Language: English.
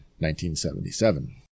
1977